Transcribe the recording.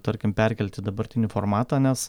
tarkim perkelt į dabartinį formatą nes